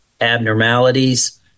abnormalities